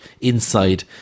inside